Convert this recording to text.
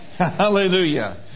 Hallelujah